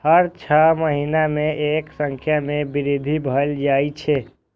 हर छह महीना मे एकर संख्या मे वृद्धि भए जाए छै